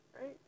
right